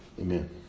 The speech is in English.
Amen